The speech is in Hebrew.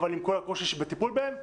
אבל עם כל הקושי שבטיפול בהם,